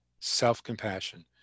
self-compassion